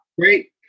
Great